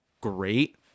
great